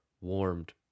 warmed